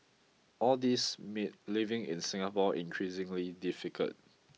all these made living in Singapore increasingly difficult